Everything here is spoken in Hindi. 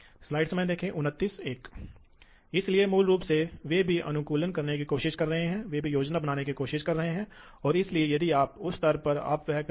पर्याप्त और बहुत अधिक बहुत उच्च गति ब्रेक लगाना अतिरिक्त की आवश्यकता नहीं है